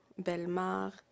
Belmar